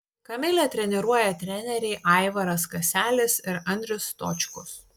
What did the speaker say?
kamilę treniruoja treneriai aivaras kaselis ir andrius stočkus